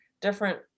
different